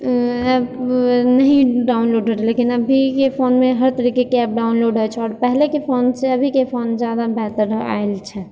app नही download हो रहलै लेकिन अभीके फोनमे हर तरीकेके ऍप डाउनलोड होइ छै आओर पहिलेके फोन से अभीके फोन जादा बेहतर आएल छै